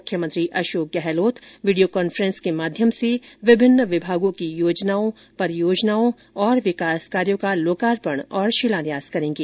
मुख्यमंत्री Ashok Gehlot video conference के माध्यम से विभिन्न विभागों की योजनाओं परियोजनाओं और विकास कार्यो का लोकार्पण और शिलान्यास करेंगे